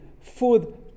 food